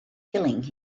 killing